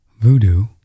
voodoo